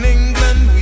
England